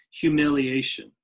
humiliation